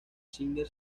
singer